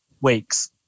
weeks